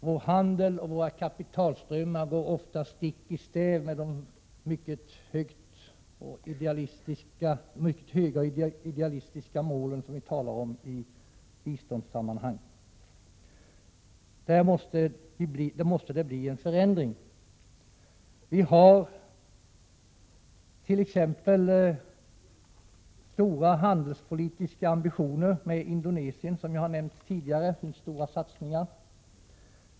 Vår handel och våra kapitalströmmar går ofta stick i stäv mot de mycket höga idealistiska målsättningar som vi talar om i biståndssammanhang. Där måste det ske en förändring. Vi har t.ex. stora handelspolitiska ambitioner med Indonesien, som jag har nämnt tidigare, och gör stora satsningar.